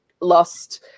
lost